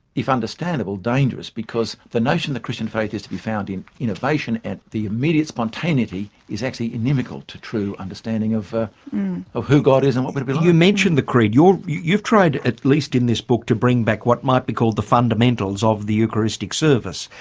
if understandable, dangerous, because the notion the christian faith is to be found in innovation at the immediate spontaneity is actually inimical to true understanding of ah of who god is and what we're to be like. you've mentioned the creed. you've tried at least in this book to bring back what might be called the fundamentals of the eucharistic service.